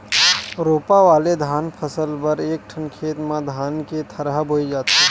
रोपा वाले धान फसल बर एकठन खेत म धान के थरहा बोए जाथे